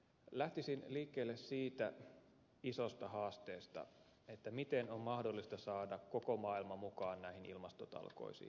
lähtisin liikkeelle siitä isosta haasteesta miten on mahdollista saada koko maailma mukaan näihin ilmastotalkoisiin